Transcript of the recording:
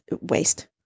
waste